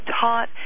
taught